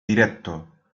directo